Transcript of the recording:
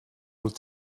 would